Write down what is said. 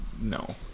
no